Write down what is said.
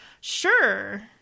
Sure